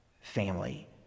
family